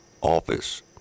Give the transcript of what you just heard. office